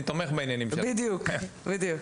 בדיוק.